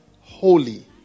holy